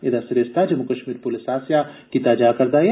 एहदा सरीस्ता जम्मू कश्मीर पुलस आस्सेआ कीता जारदा ऐ